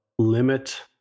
Limit